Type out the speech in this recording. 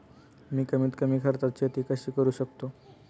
मी कमीत कमी खर्चात शेती कशी करू शकतो?